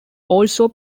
also